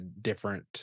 different